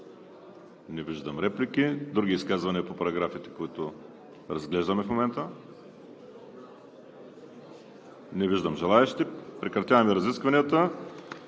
Не виждам реплики. Други изказвания по параграфите, които разглеждаме в момента? Не виждам желаещи. Прекратявам разискванията.